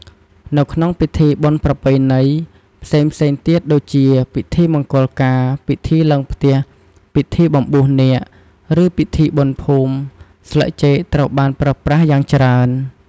នៅក្នុង ពិធីបុណ្យប្រពៃណី ផ្សេងៗទៀតដូចជា ពិធីមង្គលការ ពិធីឡើងផ្ទះ ពិធីបំបួសនាគ ឬពិធីបុណ្យភូមិ ស្លឹកចេកត្រូវបានប្រើប្រាស់យ៉ាងច្រើន។